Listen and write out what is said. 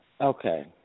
Okay